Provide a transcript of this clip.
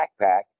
backpack